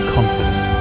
Confident